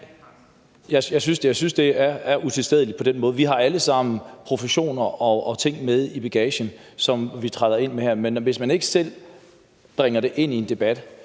Jeg synes, det er utilstedeligt. Vi har alle sammen professioner og ting med i bagagen, som vi træder ind med her. Men hvis folk ikke selv bringer det ind i en debat,